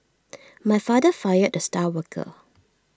my father fired the star worker